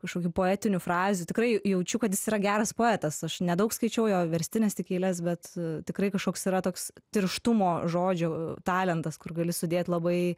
kažkokių poetinių frazių tikrai jaučiu kad jis yra geras poetas aš nedaug skaičiau jo verstines tik eiles bet tikrai kažkoks yra toks tirštumo žodžiu talentas kur gali sudėt labai